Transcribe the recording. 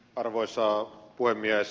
arvoisa puhemies